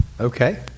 okay